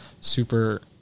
super